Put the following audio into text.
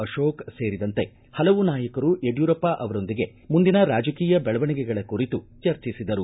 ಅಶೋಕ್ ಸೇರಿದಂತೆ ಹಲವು ನಾಯಕರು ಯಡ್ಕೂರಪ್ಪ ಅವರೊಂದಿಗೆ ಮುಂದಿನ ರಾಜಕೀಯ ಬೆಳವಣಿಗೆಗಳ ಕುರಿತು ಚರ್ಚಿಸಿದರು